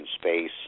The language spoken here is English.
space